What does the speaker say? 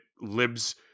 libs